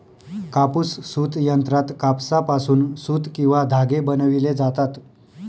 कापूस सूत यंत्रात कापसापासून सूत किंवा धागे बनविले जातात